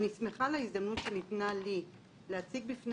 אני שמחה על ההזדמנות שניתנה לי להציג בפני